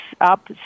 up